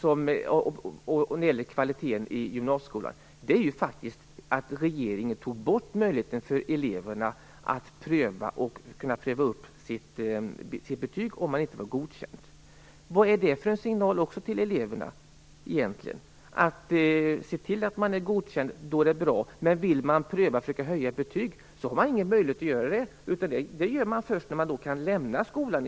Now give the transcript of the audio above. som gäller kvaliteten i gymnasieskolan. Regeringen tog ju bort möjligheten för eleverna att pröva upp sina betyg om de inte fick godkänt. Vad ger det egentligen för signaler till eleverna? Ser man till att vara godkänd så är det bra, men vill man försöka höja betyget har man ingen möjlighet att göra det. Det kan man göra först när man har lämnat skolan.